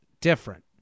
different